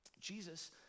Jesus